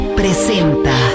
presenta